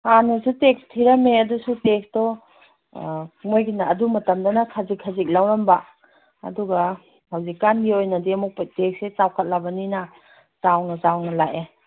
ꯍꯥꯟꯅꯁꯨ ꯇꯦꯛꯁ ꯊꯤꯔꯝꯃꯦ ꯑꯗꯨꯁꯨ ꯇꯦꯛꯁꯇꯣ ꯃꯣꯏꯒꯤꯅ ꯑꯗꯨ ꯃꯇꯝꯗꯅ ꯈꯖꯤꯛ ꯈꯖꯤꯛ ꯂꯧꯔꯝꯕ ꯑꯗꯨꯒ ꯍꯧꯖꯤꯛꯀꯥꯟꯒꯤ ꯑꯣꯏꯅꯗꯤ ꯑꯃꯨꯛ ꯇꯦꯛꯁꯁꯦ ꯆꯥꯎꯈꯠꯂꯕꯅꯤꯅ ꯆꯥꯎꯅ ꯆꯥꯎꯅ ꯂꯥꯛꯑꯦ